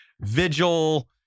vigil